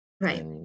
right